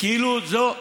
כאילו זו הרפורמה.